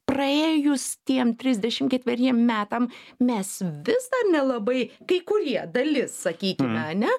praėjus tiem trisdešimt ketveriem metam mes vis dar nelabai kai kurie dalis sakykime ane